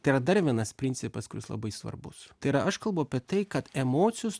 tai yra dar vienas principas kuris labai svarbus tai yra aš kalbu apie tai kad emocijos